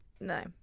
no